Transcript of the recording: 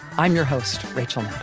i'm your host rachel